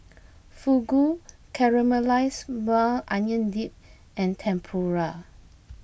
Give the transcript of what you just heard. Fugu Caramelized Maui Onion Dip and Tempura